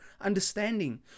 understanding